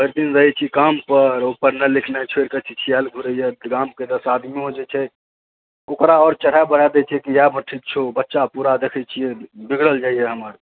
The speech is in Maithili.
भरि दिन रहै छी कामपर ओ पढनाइ लिखनाइ छोड़ि कए छिछियाति घुड़ै गामके जे आदमियौ जे छै ओकरा आरो चढ़ा बढ़ा दै छै कि या ठीक छौ देखै छियै बिगड़ल जाइया हमर